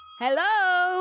Hello